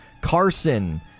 Carson